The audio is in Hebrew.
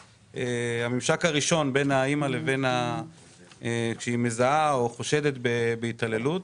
הממשק הראשון עם האימא כשהיא מזהה או חושדת בהתעללות.